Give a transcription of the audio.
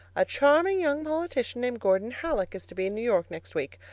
a charming young politician named gordon hallock is to be in new york next week.